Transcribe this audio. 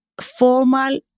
formal